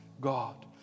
God